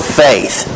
faith